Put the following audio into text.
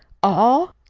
all!